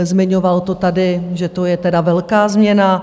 Zmiňoval to tady, že to je tedy velká změna.